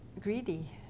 greedy